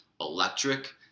electric